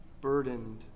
Burdened